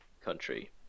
country